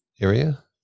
area